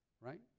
right